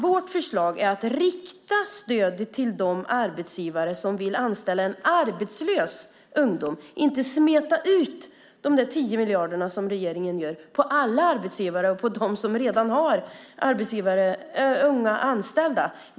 Vårt förslag är att i stället rikta stödet till de arbetsgivare som vill anställa en arbetslös ungdom. Vi vill inte som regeringen smeta ut de 10 miljarderna på alla arbetsgivare, alltså även på dem som har unga anställda.